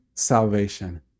salvation